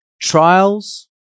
trials